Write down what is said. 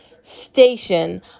station